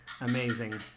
amazing